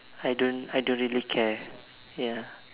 I don't I don't really care ya